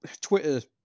Twitter